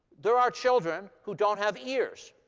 there are children who don't have ears.